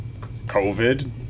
COVID